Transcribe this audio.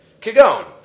Kigon